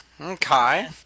Okay